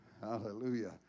Hallelujah